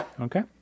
okay